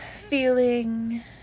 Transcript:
feeling